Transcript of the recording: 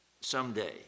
someday